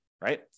right